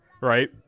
right